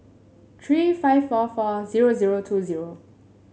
three five four four zero zero two zero